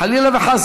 חלילה וחס,